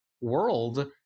world